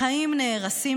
לעיתים החיים נהרסים,